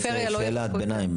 רוצה שאלת ביניים,